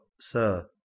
sir